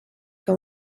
que